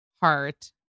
heart